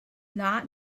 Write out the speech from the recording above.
not